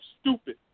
stupid